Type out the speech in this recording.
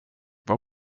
vad